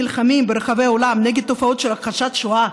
נלחמים ברחבי העולם נגד תופעות של הכחשת שואה,